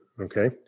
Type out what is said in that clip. okay